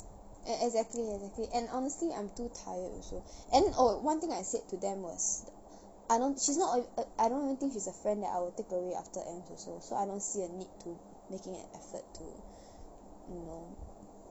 exa~ exactly exactly and honestly I'm too tired also and oh one thing I said to them was I don't she's not a uh I don't even think she's a friend that I will take away after ams~ also so I don't see a need to making an effort to you know